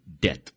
death